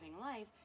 life